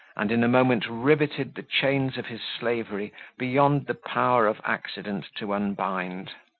and in a moment riveted the chains of his slavery beyond the power of accident to unbind.